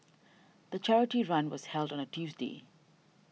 the charity run was held on a Tuesday